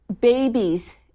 babies